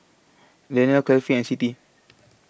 Daniel Kefli and Siti